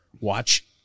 Watch